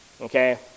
okay